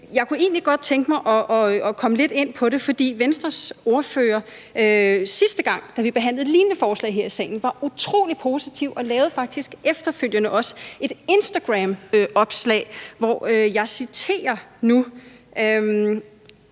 jeg kunne egentlig godt tænke mig at komme lidt ind på det, for sidste gang vi behandlede et lignende forslag her i salen, var Venstres ordfører utrolig positiv og lavede faktisk også efterfølgende et instagramopslag, og jeg citerer: